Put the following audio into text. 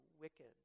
wicked